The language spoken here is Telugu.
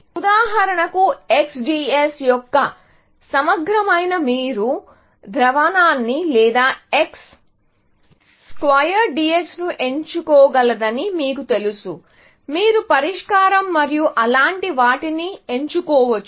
ఉదాహరణకు XDX యొక్క సమగ్రమైనది మీరు ద్రావణాన్ని లేదా X స్క్వేర్ DX ను ఎంచుకోగలదని మీకు తెలుసు మీరు పరిష్కారం మరియు అలాంటి వాటిని ఎంచుకోవచ్చు